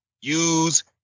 use